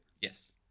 Yes